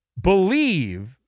believe